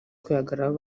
kwihagararaho